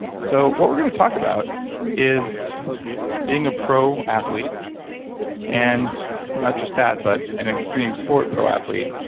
so, what we're gonna talk about is being a pro athlete and not just that, but an extreme sport pro athlete,